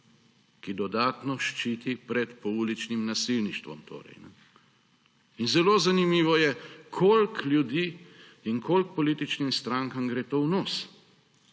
ki dodatno ščiti pred pouličnim nasilništvom. In zelo zanimivo je, koliko ljudem in koliko političnim strankam gre to v nos.